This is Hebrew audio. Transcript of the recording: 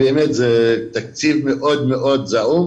זה באמת תקציב מאוד מאוד זעום